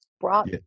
brought